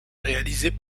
réalisée